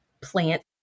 plant